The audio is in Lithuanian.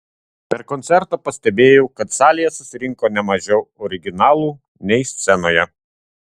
per koncertą pastebėjau kad salėje susirinko ne mažiau originalų nei scenoje